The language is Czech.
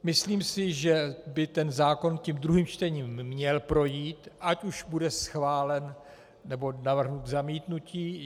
Myslím si, že by zákon tím druhým čtením měl projít, ať už bude schválen, nebo navržen k zamítnutí.